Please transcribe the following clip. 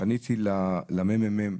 פניתי לממ"מ,